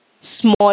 small